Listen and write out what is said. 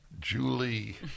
Julie